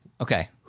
Okay